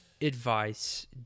advice